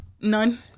None